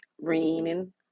raining